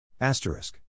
asterisk